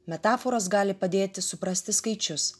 metaforos gali padėti suprasti skaičius